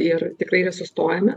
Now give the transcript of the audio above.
ir tikrai nesustojame